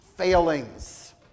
failings